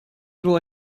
было